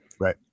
Right